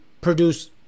produce